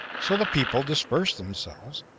so the people dispersed themselves,